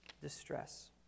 distress